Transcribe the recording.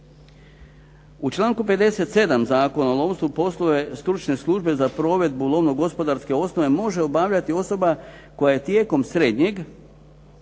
U članku 57. Zakona o lovstvu poslove stručne službe za provedbu lovno gospodarske osnove može obavljati osoba koja je tijekom srednjeg